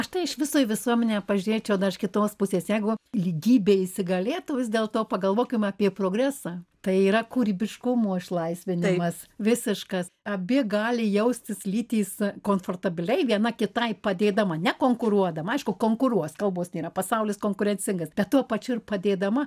aš tai iš viso į visuomenę pažiūrėčiau dar iš kitos pusės jeigu lygybė įsigalėtų vis dėlto pagalvokim apie progresą tai yra kūrybiškumo išlaisvinimas visiškas abi gali jaustis lytys komfortabiliai viena kitai padėdama nekonkuruodama aišku konkuruos kalbos nėra pasaulis konkurencingas bet tuo pačiu ir padėdama